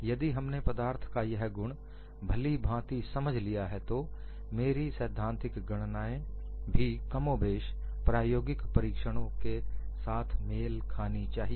यदि हमने पदार्थ का यह गुण भली भांति समझ लिया है तो मेरी सैद्धांतिक गणनाएं भी कमोबेश प्रायोगिक परीक्षणों के साथ मेल खानी चाहिए